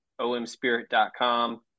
omspirit.com